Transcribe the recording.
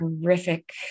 horrific